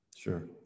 Sure